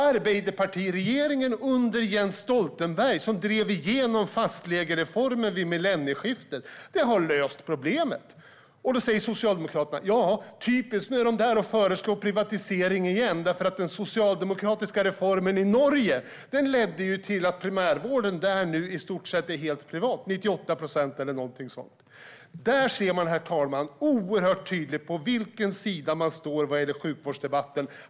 Arbeiderpartiregeringen under Jens Stoltenberg drev igenom fastlegereformen vid millennieskiftet, och det har löst problemet. Socialdemokraterna säger: Typiskt, nu är de där och föreslår privatisering igen. Den socialdemokratiska reformen i Norge ledde ju till att primärvården där nu i stort sett är helt privat - 98 procent eller någonting sådant. Herr talman! Där ser man oerhört tydligt på vilken sida man står i sjukvårdsdebatten.